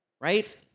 right